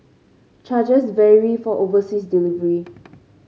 charges vary for overseas delivery